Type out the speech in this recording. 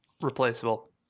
replaceable